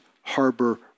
harbor